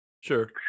Sure